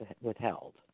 withheld